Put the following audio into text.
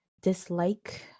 dislike